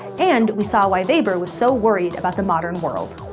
and we saw why weber was so worried about the modern world.